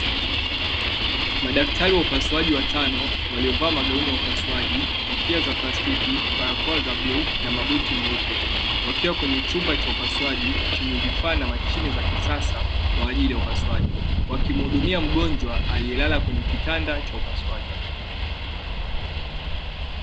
Madaktari wa upasuaji watano waolivaa magauni ya upasuaji, kofia za plastiki, barakoa za buluu, na mabuti meupe wakiwa kwenye chumba cha upasuaji chenye vifaa na mashine za kisasa kwa ajili ya upasuaji. Wakimuhudumia mgonjwa, aliyelala kwenye kitanda cha upasuaji.